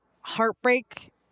heartbreak